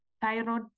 thyroid